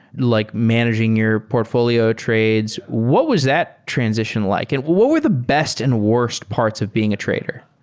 like managing your portfolio trades. what was that transition like? and what were the best and worst parts of being a trader?